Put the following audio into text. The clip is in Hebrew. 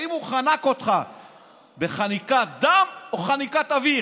האם הוא חנק אותך בחניקת דם או חניקת אוויר?